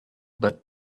but